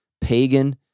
pagan